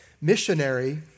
missionary